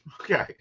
Okay